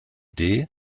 idee